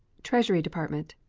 treasury department.